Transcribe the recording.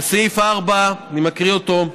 סעיף (4) אני מקריא אותו: